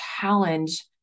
challenge